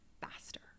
faster